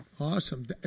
awesome